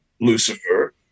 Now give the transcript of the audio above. Lucifer